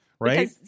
right